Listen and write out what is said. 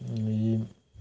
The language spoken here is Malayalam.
ഈ